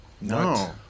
No